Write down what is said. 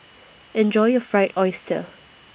Enjoy your Fried Oyster